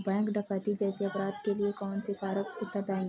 Bank डकैती जैसे अपराध के लिए कौन से कारक उत्तरदाई हैं?